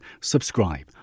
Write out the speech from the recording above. subscribe